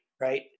right